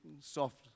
soft